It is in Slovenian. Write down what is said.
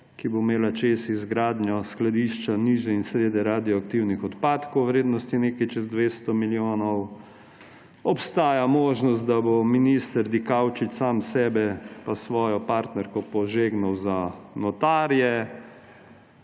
ki bo imela čez izgradnjo skladišča nizko in srednje radioaktivnih odpadkov v vrednosti nekaj čez 200 milijonov. Obstaja možnost, da bo minister Dikaučič sam sebe pa svojo partnerko požegnal za notarje.